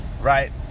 Right